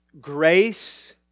grace